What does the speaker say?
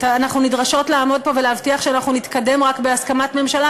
אנחנו נדרשות לעמוד פה ולהבטיח שאנחנו נתקדם רק בהסכמת ממשלה,